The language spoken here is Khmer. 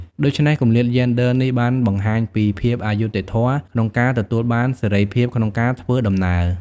ដូច្នេះ គម្លាតយេនដ័រនេះបានបង្ហាញពីភាពអយុត្តិធម៌ក្នុងការទទួលបានសេរីភាពក្នុងការធ្វើដំណើរ។